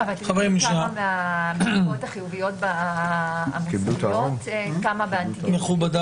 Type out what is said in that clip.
אבל תוכלו לדעת בבדיקות המוסדיות כמה באנטיגן --- מכובדי,